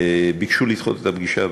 ביקשו לדחות את הפגישה,